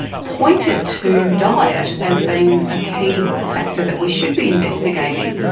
pointed to diet as being a key factor that we should be investigating.